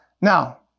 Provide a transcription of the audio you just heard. now